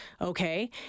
okay